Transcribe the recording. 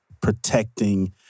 protecting